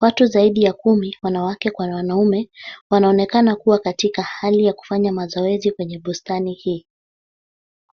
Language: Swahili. Watu zaidi ya kumi wanawake kwa wanaume, wanaonekana kuwa katika hali ya kufanya mazoezi kwenye bustani hii.